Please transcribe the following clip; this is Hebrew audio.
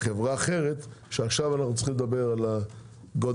חברה אחרת אנחנו צריכים לדבר עכשיו על הגודל.